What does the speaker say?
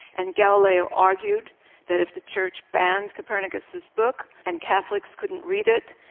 and galileo argued that if the church banned copernicus's book and catholics couldn't read it,